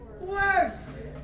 worse